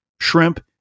shrimp